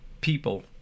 People